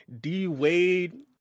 D-Wade